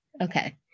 Okay